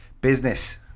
business